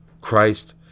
Christ